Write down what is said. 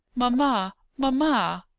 mamma! mamma!